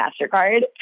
MasterCard